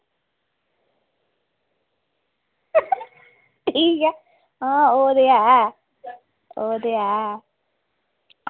ठीक ऐ हां ओह् ते ऐ ओह् ते ऐ